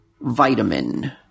vitamin